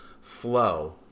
flow